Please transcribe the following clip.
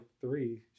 three